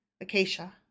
Acacia